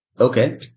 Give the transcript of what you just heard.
Okay